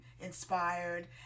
inspired